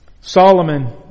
Solomon